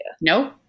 No